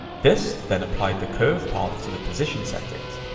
this then apply the curve paths to the position settings,